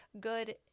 good